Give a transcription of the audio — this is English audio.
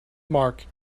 mark